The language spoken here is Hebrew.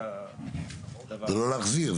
זה לא להחזיר.